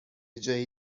جای